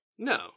No